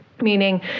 Meaning